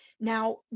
Now